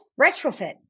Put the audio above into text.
retrofit